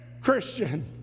Christian